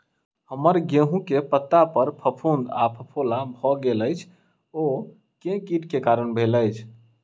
हम्मर गेंहूँ केँ पत्ता पर फफूंद आ फफोला भऽ गेल अछि, ओ केँ कीट केँ कारण भेल अछि?